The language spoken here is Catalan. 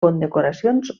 condecoracions